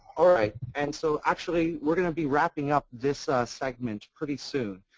ah right. and so actually we're going to be wrapping up this ah segment pretty soon.